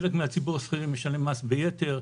חלק מציבור השכירים משלם מס ביתר.